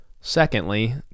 Secondly